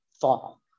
fall